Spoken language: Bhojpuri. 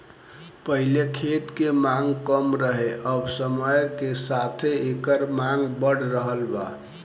पहिले खेत के मांग कम रहे अब समय के साथे एकर मांग बढ़ रहल बा